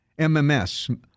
MMS